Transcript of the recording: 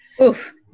Oof